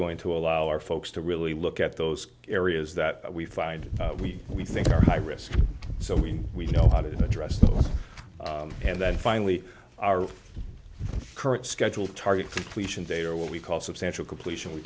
going to allow our folks to really look at those areas that we find we we think are high risk so we we don't address them and then finally our current schedule target completion day or what we call substantial completion we